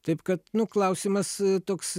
taip kad nu klausimas toks